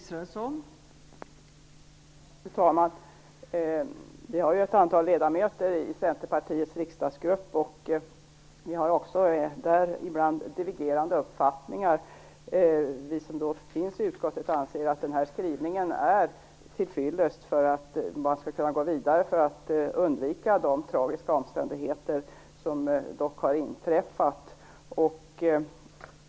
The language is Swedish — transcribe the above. Fru talman! Vi är ett antal ledamöter i Centerpartiets riksdagsgrupp, som också har divergerande uppfattningar ibland. Vi som sitter i utskottet anser att skrivningen är tillfyllest för att kunna gå vidare så att man kan undvika de tragiska händelser som dock har inträffat.